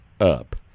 up